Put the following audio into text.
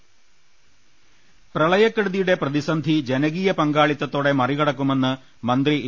ള ൽ ശ്വ ൾ പ്രളയക്കെടുതിയുടെ പ്രതിസന്ധി ജനകീയ പങ്കാളിത്തതോടെ മറിക ടക്കുമെന്ന് മന്ത്രി എ